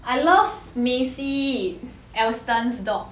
I love mace alston's dog